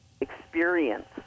experience